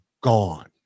gone